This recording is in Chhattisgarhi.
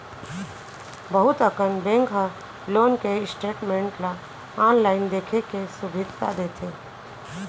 बहुत अकन बेंक ह लोन के स्टेटमेंट ल आनलाइन देखे के सुभीता देथे